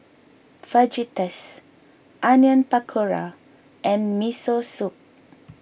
Fajitas Onion Pakora and Miso Soup